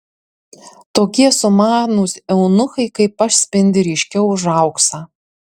tokie sumanūs eunuchai kaip aš spindi ryškiau už auksą